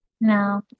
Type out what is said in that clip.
No